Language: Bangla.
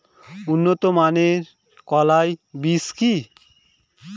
উন্নত মানের কলাই বীজ কি?